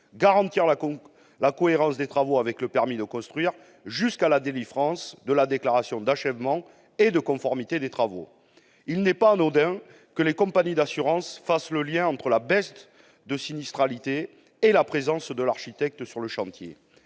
et la cohérence des travaux avec le permis de construire jusqu'à la délivrance de la déclaration d'achèvement et de conformité des travaux. Il n'est pas anodin que les compagnies d'assurance fassent le lien entre la baisse de sinistralité et la présence de l'architecte sur le chantier.